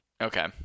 Okay